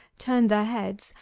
turned their heads,